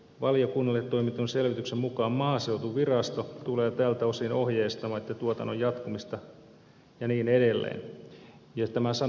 valiokunnalle toimitetun selvityksen mukaan maaseutuvirasto tulee tältä osin ohjeistamaan että tuotannon jatkumista ja niin edelleen